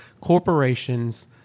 corporations